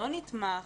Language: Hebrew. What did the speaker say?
לא נתמך,